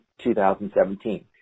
2017